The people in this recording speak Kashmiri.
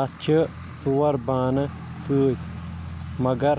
اَتھ چھِ ژور بانہٕ سٍتۍ مگر